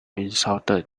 insulted